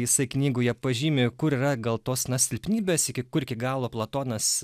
jisai knygoje pažymi kur yra gal tos silpnybės iki kur iki galo platonas